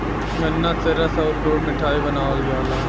गन्रा से रस आउर गुड़ मिठाई बनावल जाला